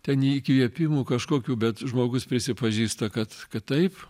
ten įkvėpimų kažkokių bet žmogus prisipažįsta kad kad taip